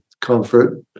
comfort